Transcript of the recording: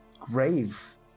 grave